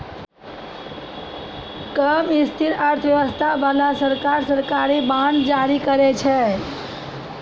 कम स्थिर अर्थव्यवस्था बाला सरकार, सरकारी बांड जारी करै छै